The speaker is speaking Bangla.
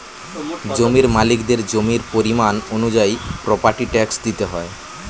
জমির মালিকদের জমির পরিমাণ অনুযায়ী প্রপার্টি ট্যাক্স দিতে হয়